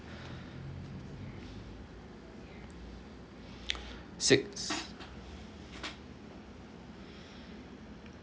six